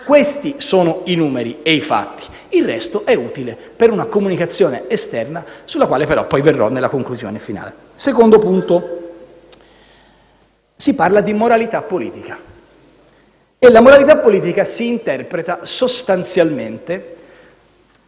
Questi sono i numeri e i fatti. Il resto è utile per una comunicazione esterna, alla quale poi verrò nella conclusione finale. Secondo punto: si parla di moralità politica e la moralità politica si interpreta sostanzialmente